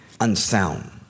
unsound